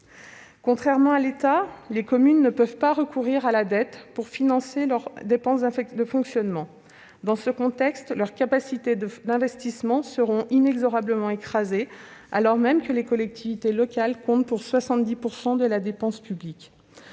Contrairement à l'État, les communes ne peuvent pas recourir à la dette pour financer leurs dépenses de fonctionnement. Dans ce contexte, leurs capacités d'investissement seront inexorablement écrasées, alors même que les collectivités locales réalisent 70 % de l'investissement